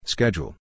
Schedule